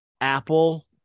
Apple